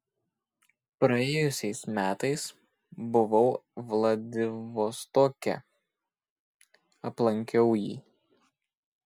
praėjusiais metais buvau vladivostoke aplankiau jį